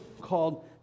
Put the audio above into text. called